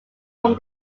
from